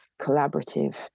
collaborative